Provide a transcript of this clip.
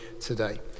today